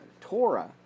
Torah